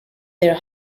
their